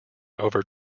over